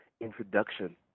introduction